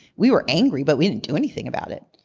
we were angry, but we didn't do anything about it.